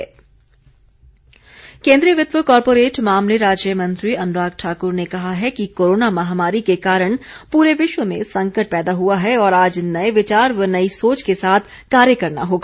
अनुराग ठाकुर केंद्रीय वित्त व कारपोरेट मामले राज्य मंत्री अनुराग ठाक्र ने कहा है कि कोरोना महामारी के कारण प्रे विश्व में संकट पैदा हुआ है और आज नए विचार व नई सोच के साथ कार्य करना होगा